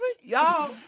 Y'all